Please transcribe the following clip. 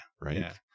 Right